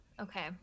okay